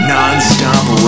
Non-stop